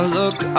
look